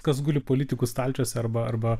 kas guli politikų stalčiuose arba arba